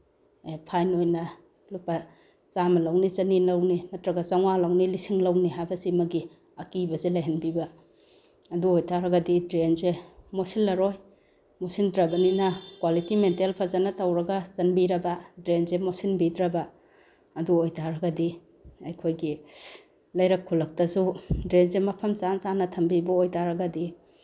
ꯑꯦ ꯐꯥꯏꯟ ꯑꯣꯏꯅ ꯂꯨꯄꯥ ꯆꯥꯝꯃ ꯂꯧꯅꯤ ꯆꯅꯤ ꯂꯧꯅꯤ ꯅꯠꯇ꯭ꯔꯒ ꯆꯥꯝꯃꯉꯥ ꯂꯧꯅꯤ ꯂꯤꯁꯤꯡ ꯂꯧꯅꯤ ꯍꯥꯏꯕꯁꯤꯃꯒꯤ ꯑꯀꯤꯕꯁꯦ ꯂꯩꯍꯟꯕꯤꯕ ꯑꯗꯨ ꯑꯣꯏꯇꯥꯔꯒꯗꯤ ꯗ꯭ꯔꯦꯟꯁꯦ ꯃꯣꯠꯁꯤꯜꯂꯔꯣꯏ ꯃꯣꯠꯁꯤꯟꯗꯔꯕꯅꯤꯅ ꯀ꯭ꯋꯥꯂꯤꯇꯤ ꯃꯦꯟꯇꯦꯟ ꯐꯖꯅ ꯇꯧꯔꯒ ꯆꯟꯕꯤꯔꯕ ꯗ꯭ꯔꯦꯟꯁꯦ ꯃꯣꯠꯁꯤꯟꯕꯤꯗ꯭ꯔꯕ ꯑꯗꯨ ꯑꯣꯏ ꯇꯥꯔꯒꯗꯤ ꯑꯩꯈꯣꯏꯒꯤ ꯂꯩꯔꯛ ꯈꯨꯜꯂꯛꯇꯁꯨ ꯗ꯭ꯔꯦꯟꯁꯦ ꯃꯐꯝ ꯆꯥ ꯆꯥꯅ ꯊꯝꯕꯤꯕ ꯑꯣꯏ ꯇꯥꯔꯒꯗꯤ